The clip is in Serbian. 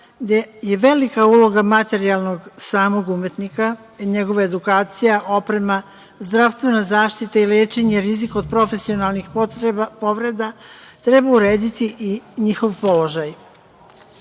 gde je velika uloga materijalnog samog umetnika i njegove edukacije, oprema zdravstveno zaštite i lečenje rizika od profesionalnih povreda treba urediti i njihov položaj. Pošto